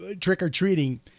trick-or-treating